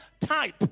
type